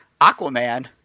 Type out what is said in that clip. Aquaman